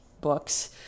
books